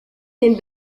den